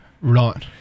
Right